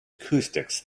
acoustics